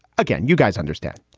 again, you guys understand.